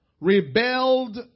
rebelled